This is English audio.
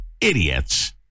idiots